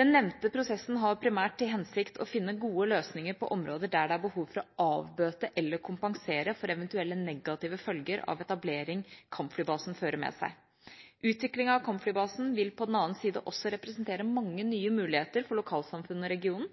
Den nevnte prosessen har primært til hensikt å finne gode løsninger på områder der det er behov for å avbøte eller kompensere for eventuelle negative følger etablering av kampflybasen fører med seg. Utvikling av kampflybasen vil på den annen side også representere mange nye muligheter for lokalsamfunnet og regionen,